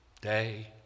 day